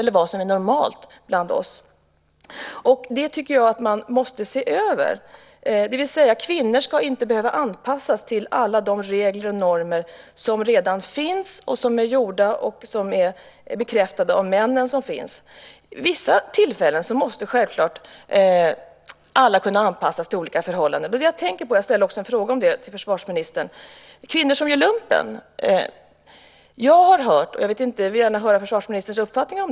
Det här är något som jag tycker att man måste se över, det vill säga att kvinnor inte ska behöva anpassa sig till alla de regler och normer som redan finns och som är bekräftade av männen. Vid vissa tillfällen måste självklart alla kunna anpassa sig till olika förhållanden. Jag tänker också på kvinnor som gör lumpen, som jag ställde en fråga om till försvarsministern och vill höra försvarsministerns uppfattning om.